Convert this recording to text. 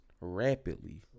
rapidly